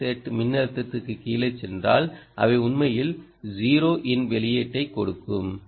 2 set மின்னழுத்தத்திற்குக் கீழே சென்றால் அவை உண்மையில் 0 இன் வெளியீட்டைக் கொடுக்கும்